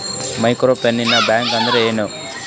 Micro finance bank ಅಂದ್ರ ಏನು?